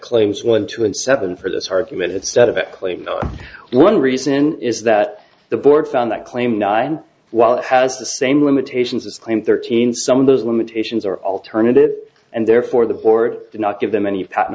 claims one two and seven for this argument that set of a claim one reason is that the board found that claim nine while it has the same limitations as claimed thirteen some of those limitations are alternative and therefore the board did not give them any patent